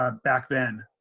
ah back then.